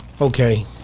okay